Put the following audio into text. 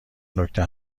نکته